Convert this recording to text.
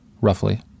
Roughly